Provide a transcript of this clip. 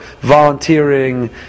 volunteering